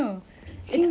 that's risky